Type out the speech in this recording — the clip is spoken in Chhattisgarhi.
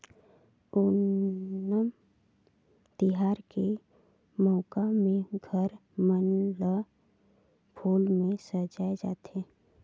ओनम तिहार के मउका में घर मन ल फूल में सजाए जाथे